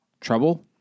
trouble